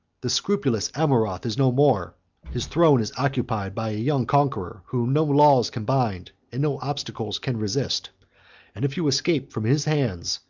the scrupulous amurath is no more his throne is occupied by a young conqueror, whom no laws can bind, and no obstacles can resist and if you escape from his hands,